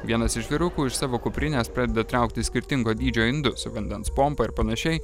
vienas iš vyrukų iš savo kuprinės pradeda traukti skirtingo dydžio indus vandens pompą ir panašiai